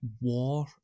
war